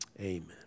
Amen